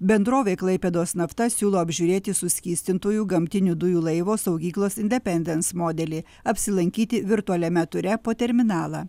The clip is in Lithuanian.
bendrovė klaipėdos nafta siūlo apžiūrėti suskystintųjų gamtinių dujų laivo saugyklos independens modelį apsilankyti virtualiame ture po terminalą